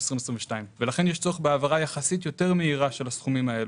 2022 ולכן יש צורך בהעברה יחסית יותר מהירה של הסכומים האלה.